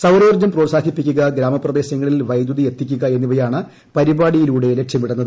സൌരോർജം പ്രോത്സാഹിപ്പിക്കുക ഗ്രാമപ്രദേശങ്ങളിൽ വൈദ്യുതി എത്തിക്കുക എന്നിവയാണ് പരിപാടിയിലൂടെ ലക്ഷ്യമിടുന്നത്